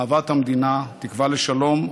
אהבת המדינה ותקווה לשלום,